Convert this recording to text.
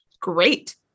great